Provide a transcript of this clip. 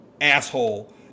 asshole